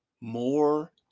More